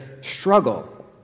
struggle